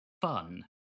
fun